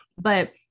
but-